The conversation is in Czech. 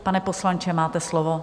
Pane poslanče, máte slovo.